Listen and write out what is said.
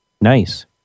nice